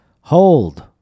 Hold